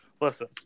Listen